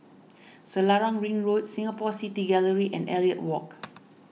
Selarang Ring Road Singapore City Gallery and Elliot Walk